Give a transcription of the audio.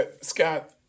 Scott